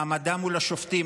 מעמדם מול השופטים,